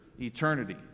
eternity